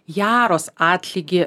jaros atlygį